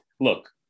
look